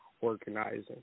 organizing